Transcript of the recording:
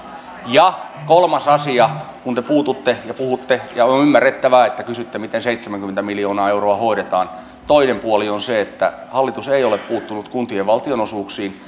ja kolmas asia kun te puututte siihen ja puhutte siitä ja on ymmärrettävää että kysytte miten seitsemänkymmentä miljoonaa euroa hoidetaan niin toinen puoli on se että hallitus ei ole puuttunut kuntien valtionosuuksiin